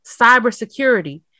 cybersecurity